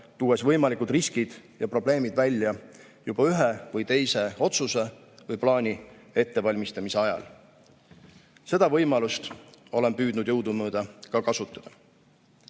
tuues võimalikud riskid ja probleemid välja juba ühe või teise otsuse või plaani ettevalmistamise ajal. Seda võimalust olen püüdnud jõudumööda ka kasutada.